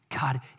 God